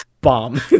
bomb